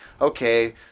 okay